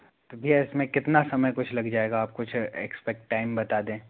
तो भैया इसमें कितना समय कुछ लग जाएगा आप कुछ एक्सपेक्ट टाइम बता दें